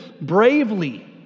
bravely